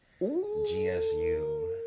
GSU